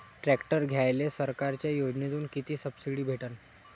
Tractor घ्यायले सरकारच्या योजनेतून किती सबसिडी भेटन?